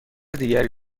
دیگری